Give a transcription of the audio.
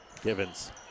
Givens